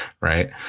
Right